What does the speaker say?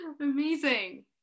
Amazing